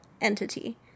entity